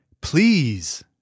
Please